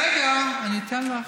רגע, אני אתן לך.